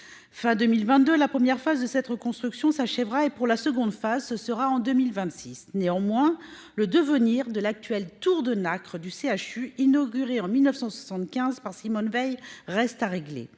de 2022, la première phase de cette reconstruction s'achèvera ; pour la seconde phase, ce sera en 2026. Néanmoins, le devenir de l'actuelle « Tour de Nacre » du CHU, inaugurée en 1975 par Simone Veil, reste à régler.